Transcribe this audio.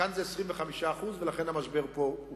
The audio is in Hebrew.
כאן זה 25%, ולכן המשבר פה הוא